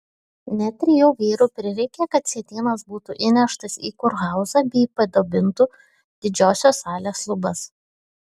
net trijų vyrų prireikė kad sietynas būtų įneštas į kurhauzą bei padabintų didžiosios salės lubas